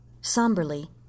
Somberly